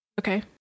Okay